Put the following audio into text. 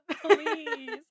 Please